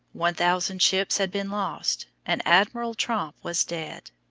one thousand ships had been lost, and admiral tromp was dead.